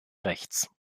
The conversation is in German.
rechts